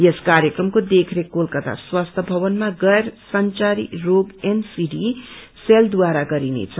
यस कार्यक्रमको देखरेख कलकता र स्वास्थ्य भवनमा गैर संघारी रोग एनसीडी सेलद्वारा गरिनेछ